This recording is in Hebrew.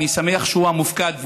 אני שמח שהוא המופקד,